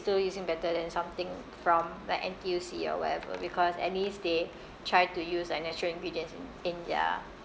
still using better than something from like N_T_U_C or whatever because at least they try to use like natural ingredients in in their